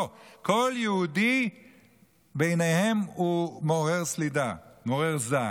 לא, כל יהודי מעורר בעיניהם סלידה, מעורר זעם.